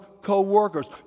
co-workers